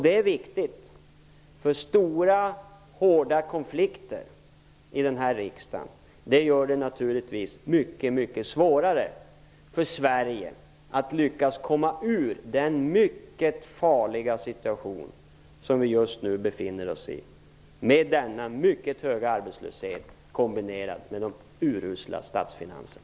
Det är viktigt, eftersom stora och hårda konflikter i riksdagen gör det mycket svårare för Sverige att komma ur den mycket farliga situation som vi just nu befinner oss i, med en mycket hög arbetslöshet kombinerad med urusla statsfinanser.